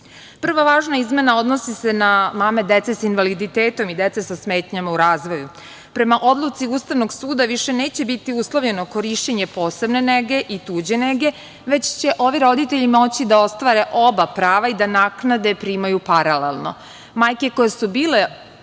prva važna izmena odnosi se na mame dece sa invaliditetom i dece sa smetnjama u razvoju. Prema odluci Ustavnog suda više neće biti uslovljeno korišćenje posebne nege i tuđe nege, već će ovi roditelji moći da ostvare oba prava i da naknade primaju paralelno. Majke koje su bile